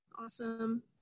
awesome